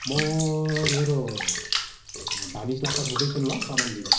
म मेरो भानिजलाई पठाउँदैछु नि ल सामान लिनु